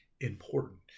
important